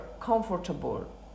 comfortable